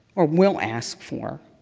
or will ask for,